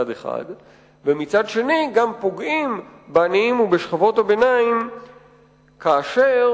ומצד שני גם פוגעים בעניים ובשכבות הביניים כאשר